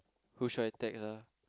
who should I text ah